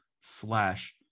slash